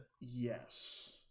Yes